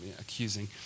accusing